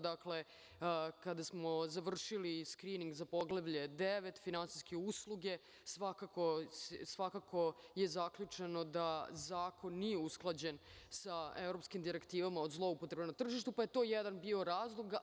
Dakle, kada smo završili skrining za Poglavlje IX - finansijske usluge, svakako je zaključeno da zakon nije usklađen sa evropskim direktivama od zloupotreba na tržištu, pa je to jedan bio razlog.